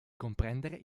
comprendere